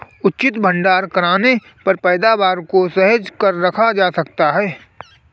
उचित भंडारण करने पर पैदावार को सहेज कर रखा जा सकता है